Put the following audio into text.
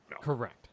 Correct